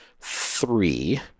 three